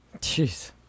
Jeez